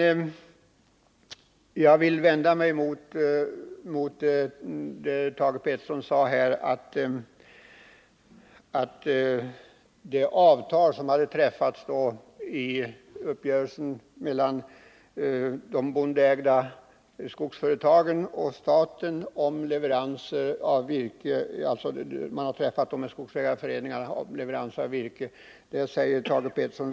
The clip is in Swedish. Jag skall därför bara invända mot det som Thage Peterson mycket frankt sade. nämligen att regeringen har svikit, att den har gått ifrån etc. det avtal som träffades i uppgörelsen mellan de bondeägda skogsföretagen.